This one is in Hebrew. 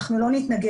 אנחנו לא נתנגד.